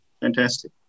Fantastic